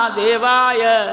devaya